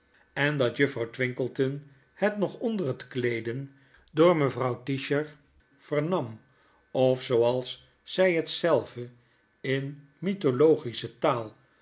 en dat juffrouw twinkleton het nog onder het kleeden door mevrouw tisher vernam of zooals zy het zelve in mythologische taal